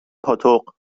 پاتق